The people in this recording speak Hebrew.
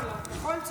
הוא אמר לה, נכון?